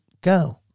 go